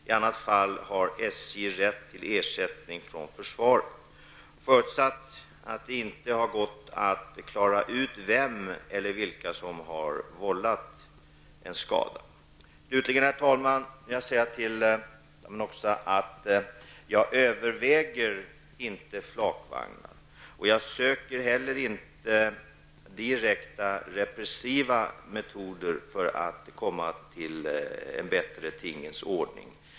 I annat fall har SJ rätt till ersättning från försvaret förutsatt att det inte har gått att klara ut vem eller vilka som har vållat skadan i fråga. Slutligen, herr talman, vill jag säga till Tammenoksa att jag inte överväger att sätta in flakvagnar och inte heller söker direkt repressiva metoder för att komma fram till en bättre tingens ordning.